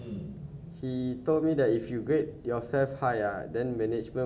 and then when you grade when you grade for higher higher grading eh